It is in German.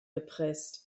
gepresst